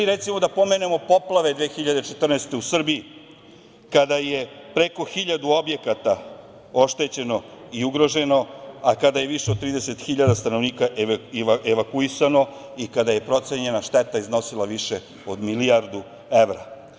Recimo da pomenemo i poplave 2014. godine u Srbiji, kada je preko hiljadu objekata oštećeno i ugroženo, a kada je više od 30.000 stanovnika evakuisano i kada je procenjena šteta iznosila više od milijardu evra.